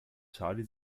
charlie